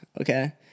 okay